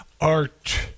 art